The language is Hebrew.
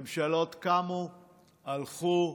ממשלות קמו, הלכו,